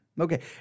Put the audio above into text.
okay